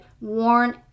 worn